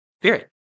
spirit